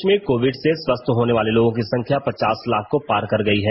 देश में कोविड से स्वस्थ होने वाले लोगों की संख्या पचास लाख को पार कर गई है